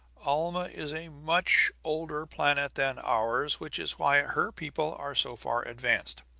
alma is a much older planet than ours, which is why her people are so far advanced.